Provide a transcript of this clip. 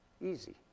easy